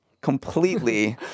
completely